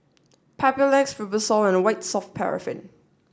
Papulex Fibrosol and White Soft Paraffin